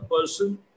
person